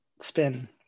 spin